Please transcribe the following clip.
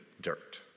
dirt